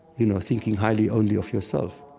you know, thinking highly only of yourself,